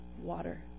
water